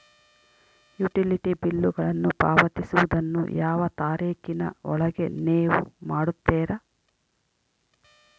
Utility ಬಿಲ್ಲುಗಳನ್ನು ಪಾವತಿಸುವದನ್ನು ಯಾವ ತಾರೇಖಿನ ಒಳಗೆ ನೇವು ಮಾಡುತ್ತೇರಾ?